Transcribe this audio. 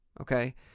okay